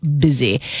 busy